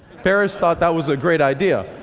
peres thought that was a great idea.